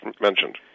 mentioned